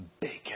Bacon